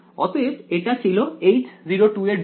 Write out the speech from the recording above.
অতএব এটা ছিল H0 এর জন্য